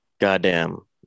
Goddamn